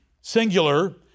singular